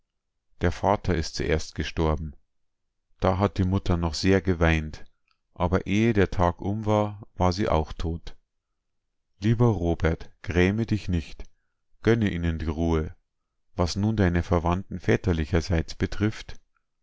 der vater ist zuerst gestorben da hat die mutter noch sehr geweint aber ehe der tag um war war sie auch tot lieber robert gräme dich nicht gönne ihnen die ruhe was nun deine verwandten väterlicherseits betrifft